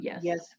Yes